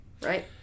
right